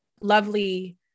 lovely